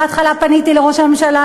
בהתחלה פניתי לראש הממשלה,